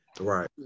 Right